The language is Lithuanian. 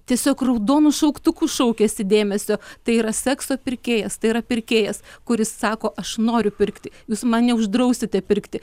tiesiog raudonu šauktuku šaukiasi dėmesio tai yra sekso pirkėjas tai yra pirkėjas kuris sako aš noriu pirkti jūs man neuždrausite pirkti